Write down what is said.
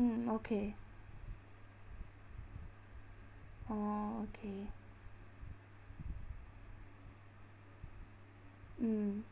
mm okay orh okay mm